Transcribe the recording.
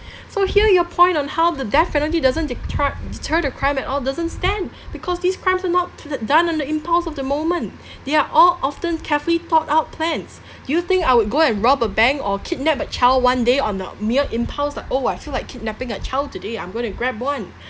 so here your point on how the death penalty doesn't deter deter the crime at all doesn't stand because these crimes are not d~ done on the impulse of the moment they are all often carefully thought out plans you think I would go and rob a bank or kidnap a child one day on the mere impulse like oh I feel like kidnapping a child today I'm going to grab one